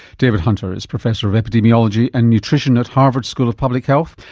david hunter is professor of epidemiology and nutrition at harvard school of public health,